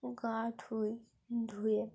গা ধুয়ে ধুয়ে